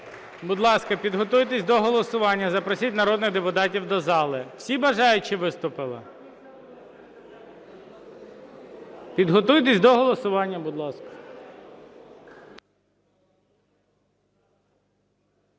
Будь ласка, підготуйтесь до голосування, запросіть народних депутатів до зали. Всі бажаючі виступили? Підготуйтесь до голосування, будь ласка.